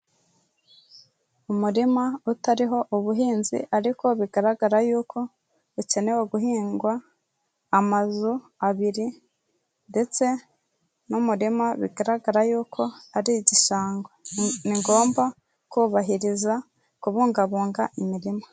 Umurima utariho ubuhinzi ariko bigaragara y'uko ukenewe guhingwa, amazu abiri ndetse n'umurima bigaragara y'uko ari igishango, ni ngombwa kubahiriza kubungabunga imirima.